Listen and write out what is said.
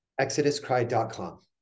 Exoduscry.com